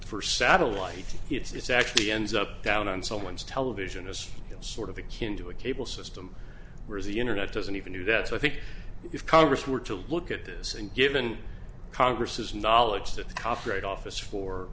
for satellite it's actually ends up down on someone's television as sort of a kin to a cable system whereas the internet doesn't even do that so i think if congress were to look at this and given congress's knowledge that the copyright office for